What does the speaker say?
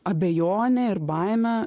abejone ir baime